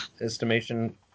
estimation